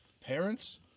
parents